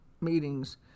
meetings